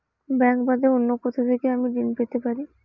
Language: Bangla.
ব্যাংক বাদে অন্য কোথা থেকে আমি ঋন পেতে পারি?